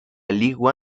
league